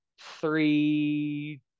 three